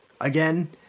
Again